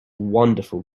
wonderful